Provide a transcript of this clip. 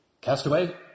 castaway